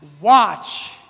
Watch